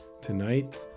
tonight